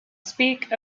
speak